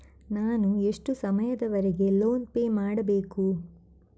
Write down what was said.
ನಾನು ಎಷ್ಟು ಸಮಯದವರೆಗೆ ಲೋನ್ ಪೇ ಮಾಡಬೇಕು?